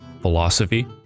philosophy